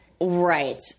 Right